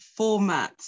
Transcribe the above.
formats